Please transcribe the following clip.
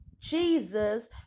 Jesus